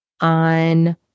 on